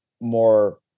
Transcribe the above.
more